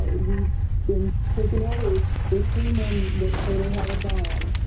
we've been taking over they dream and they're sailing had a bomb